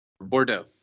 Bordeaux